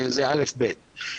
זה האל"ף-בי"ת.